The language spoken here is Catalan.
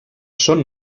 són